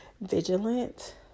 vigilant